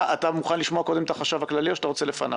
אתה מוכן לשמוע קודם את החשב הכללי או שאתה רוצה לפניו?